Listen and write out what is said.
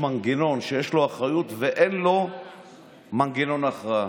מנגנון שיש לו אחריות ואין לו מנגנון הכרעה.